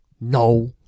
No